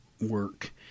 work